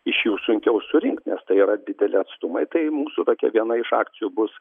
iš jų sunkiau surinkt nes tai yra dideli atstumai tai mūsų tokia viena iš akcijų bus